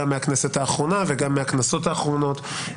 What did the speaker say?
גם מהכנסת האחרונה וגם מהכנסות האחרונות.